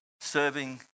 serving